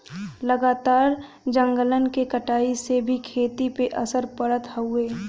लगातार जंगलन के कटाई से भी खेती पे असर पड़त हउवे